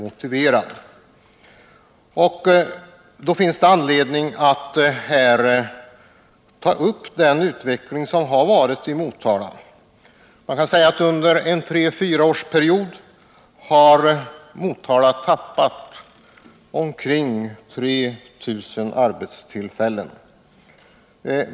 Och då finns det anledning att se på den utveckling som skett i Motala. Under en period på tre fyra år har Motala tappat omkring 3 000 arbetstillfällen.